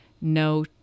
no